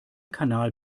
kanal